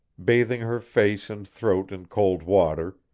bathing her face and throat in cold water,